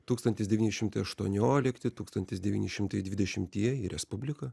tūkstantis devyni šimtai aštuoniolikti tūkstantis devyni šimtai dvidešimtieji respublika